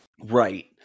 Right